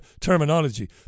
terminology